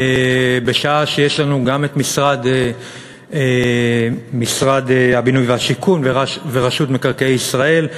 בשעה שיש לנו גם משרד הבינוי והשיכון וגם רשות מקרקעי ישראל,